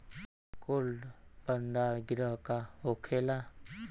Cold भण्डार गृह का होखेला?